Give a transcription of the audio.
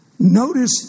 Notice